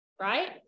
right